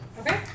Okay